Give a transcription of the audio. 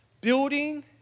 building